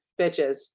bitches